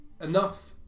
enough